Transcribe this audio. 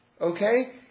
Okay